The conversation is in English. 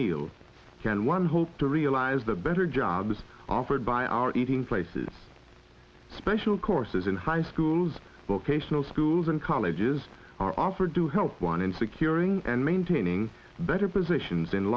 meal can one hope to realize the better jobs offered by our meeting places special courses in high schools vocational schools and colleges are offered to help one in securing and maintaining better positions in